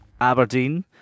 Aberdeen